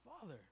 Father